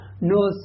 no